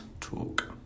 talk